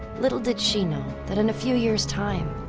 little did she know that in a few years' time,